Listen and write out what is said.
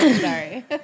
sorry